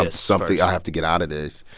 ah something i have to get out of this.